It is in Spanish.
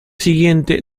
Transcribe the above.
siguiente